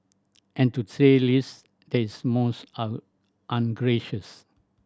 and to say least this most ungracious